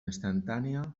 instantània